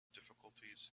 difficulties